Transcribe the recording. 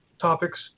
topics